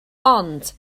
ond